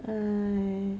!hais!